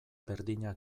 berdina